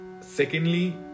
Secondly